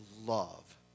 love